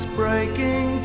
breaking